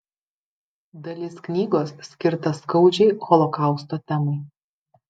dalis knygos skirta skaudžiai holokausto temai